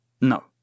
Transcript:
No